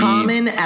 Common